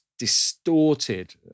distorted